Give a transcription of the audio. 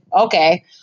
okay